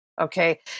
okay